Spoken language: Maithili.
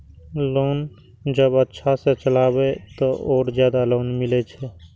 लोन जब अच्छा से चलेबे तो और ज्यादा लोन मिले छै?